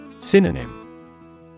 Synonym